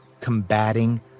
combating